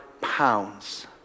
pounds